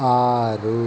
ಆರು